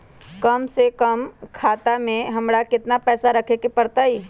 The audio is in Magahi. कम से कम खाता में हमरा कितना पैसा रखे के परतई?